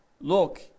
Look